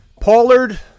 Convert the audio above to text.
Pollard